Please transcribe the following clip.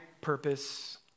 purpose